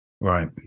right